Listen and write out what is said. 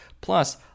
Plus